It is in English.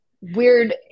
weird